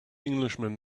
englishman